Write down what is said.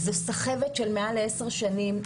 זה סחבת של מעל לעשר שנים.